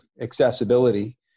accessibility